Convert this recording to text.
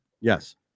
Yes